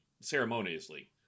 ceremoniously